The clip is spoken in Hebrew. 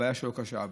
הבעיה שלו קשה,